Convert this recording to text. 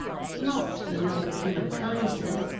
not the milk of human kindness,